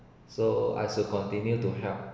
so I should continue to help